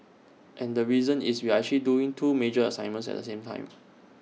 and the reason is we are actually doing two major assignments at the same time